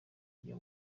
gihe